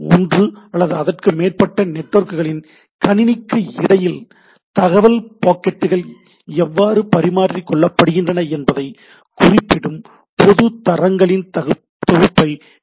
ஒன்று அல்லது அதற்கு மேற்பட்ட நெட்வொர்க்குகளின் கணினிக்கு இடையில் தகவல் பாக்கெட்டுகள் எவ்வாறு பரிமாறிக்கொள்ளப்படுகின்றன என்பதைக் குறிப்பிடும் பொதுத் தரங்களின் தொகுப்பை டி